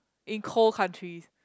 in cold countries